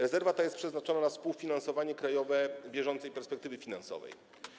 Rezerwa ta jest przeznaczona na współfinansowanie krajowe w bieżącej perspektywie finansowej.